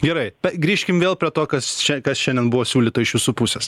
gerai grįžkim vėl prie to kas šia kas šiandien buvo siūlyta iš jūsų pusės